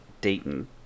Dayton